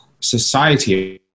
society